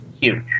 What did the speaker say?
huge